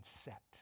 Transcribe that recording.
set